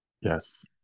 Yes